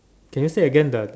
can you say then